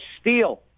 steal